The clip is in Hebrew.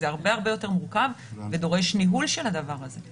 זה הרבה-הרבה יותר מורכב ונדרש ניהול של הדבר הזה.